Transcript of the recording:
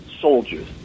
soldiers